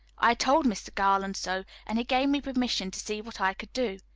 i told mr. garland so, and he gave me permission to see what i could do.